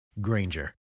Granger